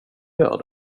gör